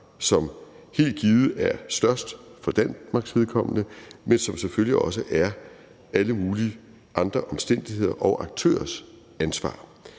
som helt givet er størst for Danmarks vedkommende, men som selvfølgelig også skyldes alle mulige andre omstændigheder og er andre